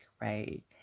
right